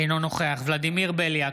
אינו נוכח ולדימיר בליאק,